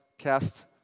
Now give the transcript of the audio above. cast